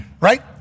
Right